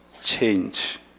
change